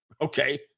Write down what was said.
okay